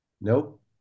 Nope